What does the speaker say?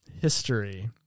history